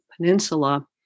peninsula